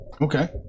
Okay